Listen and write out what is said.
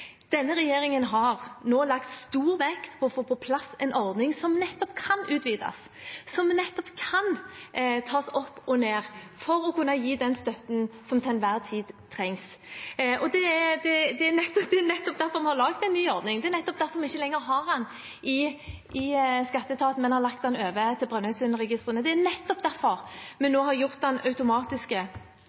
Denne regjeringen har nå lagt stor vekt på å få på plass en ordning som nettopp kan utvides, som nettopp kan tas opp og ned, for å kunne gi den støtten som til enhver tid trengs. Det er nettopp derfor vi har laget en ny ordning, det er nettopp derfor vi ikke lenger har den i skatteetaten, men har lagt den over til Brønnøysundregistrene. Det er nettopp derfor vi nå har gjort